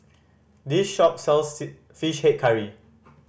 this shop sells Fish Head Curry